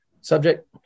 subject